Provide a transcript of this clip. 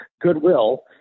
goodwill